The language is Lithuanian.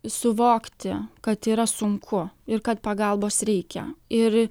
suvokti kad yra sunku ir kad pagalbos reikia ir